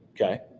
Okay